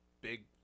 big